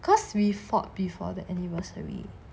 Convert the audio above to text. cause we fought before the anniversary